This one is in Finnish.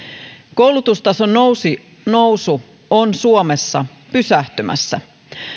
koulutustason nousu on suomessa pysähtymässä